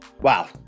Wow